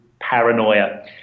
paranoia